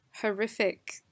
horrific